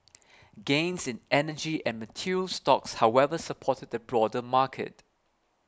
gains in energy and materials stocks however supported the broader market